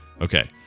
Okay